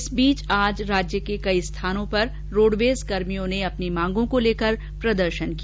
इस बीच राज्य के कई स्थानों पर रोडवेजकर्मियों ने अपनी मांगों को लेकर प्रदर्शन किया